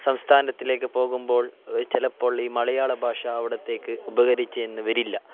സംസ്ഥാനത്തിലേക്ക് പോകുമ്പോൾ ചിലപ്പോൾ ഈ മലയാള ഭാഷ അവിടുത്തേക്ക് ഉപകരിച്ചെന്നു വരില്ല